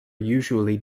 usually